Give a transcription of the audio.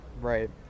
Right